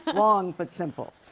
long but simple.